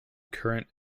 current